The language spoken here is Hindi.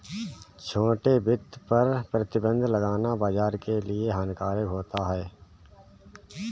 छोटे वित्त पर प्रतिबन्ध लगाना बाज़ार के लिए हानिकारक होता है